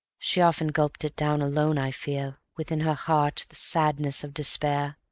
she often gulped it down alone, i fear, within her heart the sadness of despair,